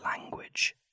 language